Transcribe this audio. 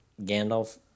Gandalf-